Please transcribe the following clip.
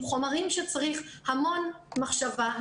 חומרים שצריך המון מחשבה,